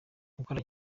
gukora